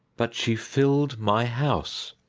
but she filled my house.